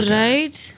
right